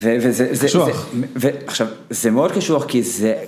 וזה, זה, זה, זה, קשוח. ועכשיו, זה מאוד קשוח כי זה...